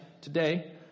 today